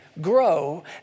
grow